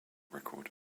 record